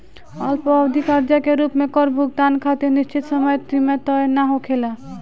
अल्पअवधि कर्जा के रूप में कर भुगतान खातिर निश्चित समय सीमा तय ना होखेला